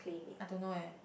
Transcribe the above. I don't know eh